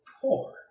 poor